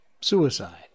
Suicide